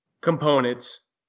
components